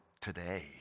today